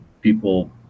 people